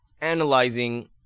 analyzing